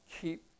keep